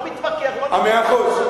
אני לא מתווכח,